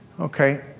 Okay